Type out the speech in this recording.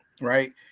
right